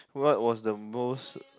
what was the most